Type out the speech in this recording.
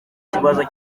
kibazo